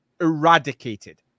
eradicated